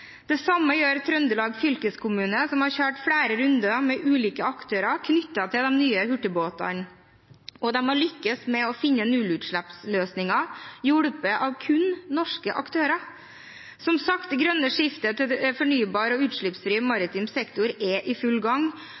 Det samme gjør Trøndelag fylkeskommune, som har kjørt flere runder med ulike aktører knyttet til de nye hurtigbåtene. De har lyktes med å finne nullutslippsløsninger, hjulpet av kun norske aktører. Som sagt: Det grønne skiftet til en fornybar og utslippsfri maritim sektor er i full gang,